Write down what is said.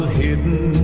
hidden